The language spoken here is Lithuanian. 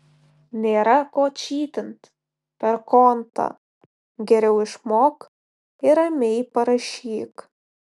nėra ko čytint per kontą geriau išmok ir ramiai parašyk